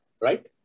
right